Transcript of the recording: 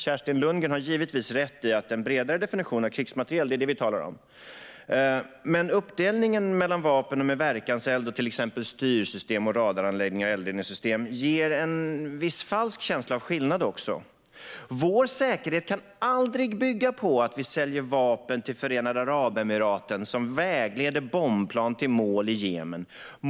Kerstin Lundgren har givetvis rätt i att vi talar om en bredare definition av krigsmateriel. Uppdelningen mellan vapen med verkanseld och till exempel styrsystem, radaranläggningar och eldgivningssystem ger dock en viss falsk känsla av skillnad. Vår säkerhet kan aldrig bygga på att vi säljer vapen till Förenade Arabemiraten, som vägleder bombplan till mål i Jemen.